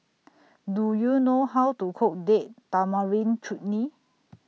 Do YOU know How to Cook Date Tamarind Chutney